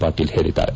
ಪಾಟೀಲ್ ಹೇಳಿದ್ದಾರೆ